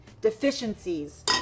deficiencies